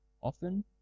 often